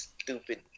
stupid